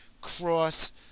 cross